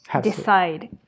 decide